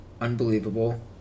unbelievable